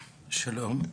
שלום.